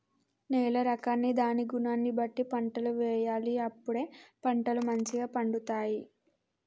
నేల రకాన్ని దాని గుణాన్ని బట్టి పంటలు వేయాలి అప్పుడే పంటలు మంచిగ పండుతాయి